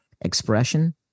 expression